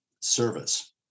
service